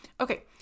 Okay